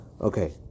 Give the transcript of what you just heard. Okay